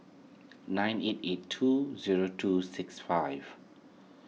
nine eight eight two zero two six five